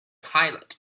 pilot